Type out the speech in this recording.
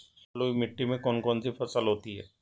बलुई मिट्टी में कौन कौन सी फसल होती हैं?